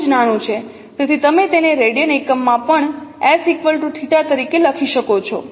તેથી તમે તેને રેડિયન એકમમાં પણ s θ તરીકે લખી શકો છો